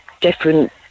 different